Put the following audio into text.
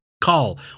Call